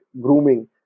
grooming